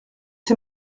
ses